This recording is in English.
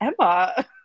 Emma